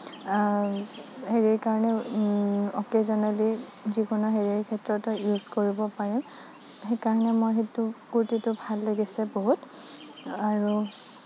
হেৰিৰ কাৰণে অকেজনেলি যিকোনো হেৰিৰ ক্ষেত্ৰতো ইউজ কৰিব পাৰিম সেইকাৰণে মোৰ সেইটো কুৰ্টিটো ভাল লাগিছে বহুত আৰু